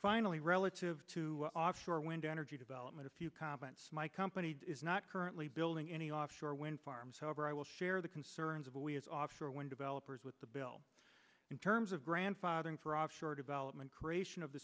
finally relative to offshore wind energy development a few comments my company is not currently building any offshore wind farms however i will share the concerns of always offshore wind developers with the bill in terms of grandfathering for offshore development creation of the